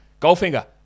Goldfinger